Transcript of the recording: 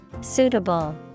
Suitable